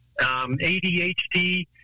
ADHD